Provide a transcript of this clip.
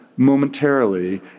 momentarily